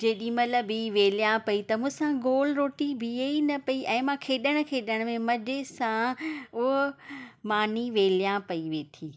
जेॾीमहिल बि वेलिया पई त मूंसां गोल रोटी बीहे ई न पई ऐं मां खेॾण खेॾण में मजे सां हूअ माणी वेलिया पई वेठी